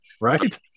right